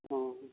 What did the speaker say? ᱚᱻ